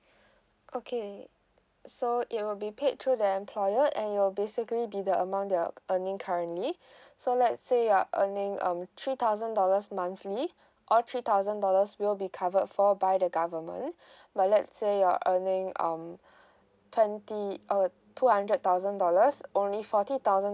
okay so it will be paid through the employer and it'll basically be the amount that you're earning currently so let's say you're earning um three thousand dollars monthly all three thousand dollars will be covered for by the government but let's say you're earning um twenty uh two hundred thousand dollars only forty thousand